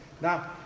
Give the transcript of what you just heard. Now